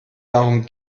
darum